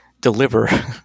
deliver